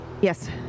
Yes